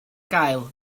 gael